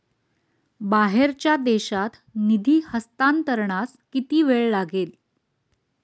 बाहेरच्या देशात निधी हस्तांतरणास किती वेळ लागेल?